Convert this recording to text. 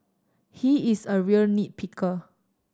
he is a real nit picker